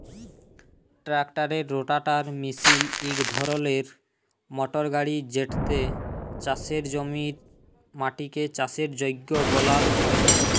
ট্রাক্টারের রোটাটার মিশিল ইক ধরলের মটর গাড়ি যেটতে চাষের জমির মাটিকে চাষের যগ্য বালাল হ্যয়